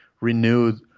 renewed